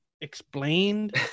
explained